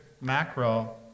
macro